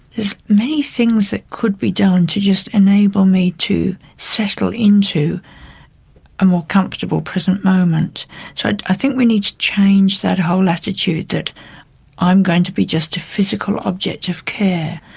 there's many things that could be done to just enable me to settle into a more comfortable present moment. so i think we need to change that whole attitude, that i'm going to be just a physical object of care.